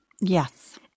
Yes